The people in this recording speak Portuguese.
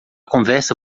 conversa